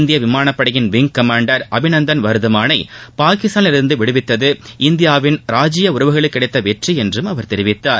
இந்திய விமானப்படையின் wing commander Abhinandan வர்தமானை பாகிஸ்தானிலிருந்து விடுவித்தது இந்தியாவின் ராஜீய உறவுகளுக்கு கிடைத்த வெற்றி என்றும் அவர் தெரிவித்தார்